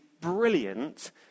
brilliant